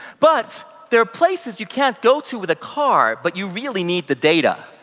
but there are places you can't go to with a car, but you really need the data.